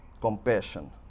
compassion